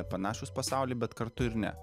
panašūs pasaulį bet kartu ir ne